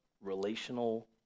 relational